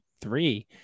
three